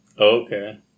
okay